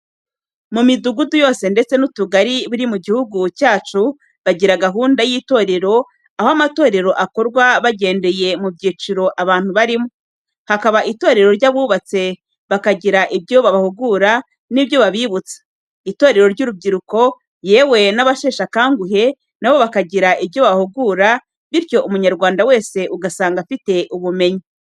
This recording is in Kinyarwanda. Mu midugudu yose ndetse n'utugari biri mu gihugu cyacu, bagira gahunda y'itorero aho amatorero akorwa bagendeye mu byiciro abantu barimo. Hakaba itorero ry'abubatse bakagira ibyo babahugura nibyo babibutsa, itorero ry'urubyiruko yewe n'abasheshakanguhe nabo bakagira ibyo babahugura bityo umunyarwanda wese ugasanga afite ubumenyi.